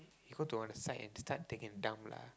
he go to one of the side and start taking a dump lah